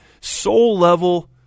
soul-level